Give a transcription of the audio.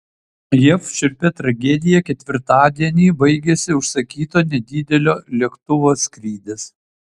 jav šiurpia tragedija ketvirtadienį baigėsi užsakyto nedidelio lėktuvo skrydis